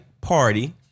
party